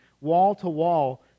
wall-to-wall